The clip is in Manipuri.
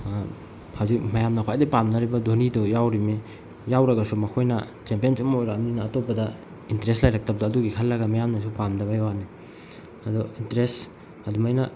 ꯍꯧꯖꯤꯛ ꯃꯌꯥꯝꯅ ꯈ꯭ꯋꯥꯏꯗꯒꯤ ꯄꯥꯝꯅꯔꯤꯕ ꯙꯣꯅꯤꯗꯣ ꯌꯥꯎꯔꯤꯕꯅꯤ ꯌꯥꯎꯔꯒꯁꯨ ꯃꯈꯣꯏꯅ ꯆꯦꯝꯄꯤꯌꯟ ꯁꯨꯝ ꯑꯣꯏꯔꯛꯑꯕꯅꯤꯅ ꯑꯇꯣꯞꯄꯗ ꯏꯟꯇꯔꯦꯁ ꯂꯩꯔꯛꯇꯕꯗꯣ ꯑꯗꯨꯒꯤ ꯈꯜꯂꯒ ꯃꯤꯌꯥꯝꯅꯁꯨ ꯄꯥꯝꯗꯕꯒꯤ ꯋꯥꯅꯤ ꯑꯗꯣ ꯏꯟꯇꯔꯦꯁ ꯑꯗꯨꯃꯥꯏꯅ